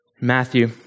Matthew